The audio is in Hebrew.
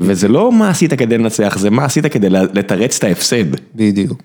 וזה לא מה עשית כדי לנצח, זה מה עשית כדי לתרץ את ההפסד. בדיוק.